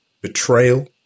betrayal